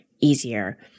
easier